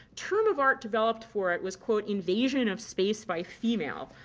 term of art developed for it was quote, invasion of space by female,